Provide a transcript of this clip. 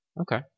okay